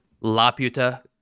Laputa